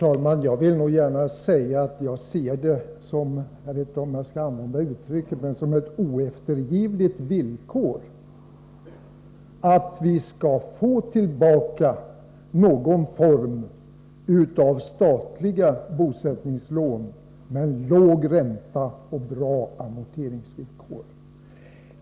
Herr talman! Jag ser det som — låt mig använda det uttrycket — ett oeftergivligt villkor att vi skall få tillbaka någon form av statliga bosättningslån med en låg ränta och bra amorteringsvillkor.